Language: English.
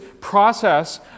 process